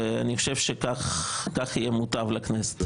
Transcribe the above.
אני חושב שכך יהיה מוטב לכנסת.